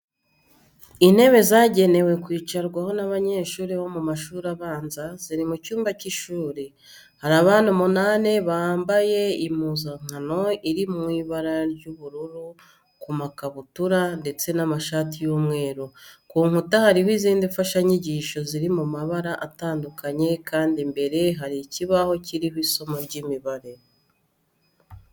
Intebe zagenewe kwicarwaho n'abanyeshuri bo mu mashuri abanza, ziri mu cyumba cy'ishuri. Hari abana umunani bambaye impuzankano iri mu ibara ry'ubururu ku makabutura ndetse n'amashati y'umweru. Ku nkuta hariho izindi mfashanyigisho ziri mu mabara atandukanye kandi imbere hari ikibaho kiriho isomo ry'imibare.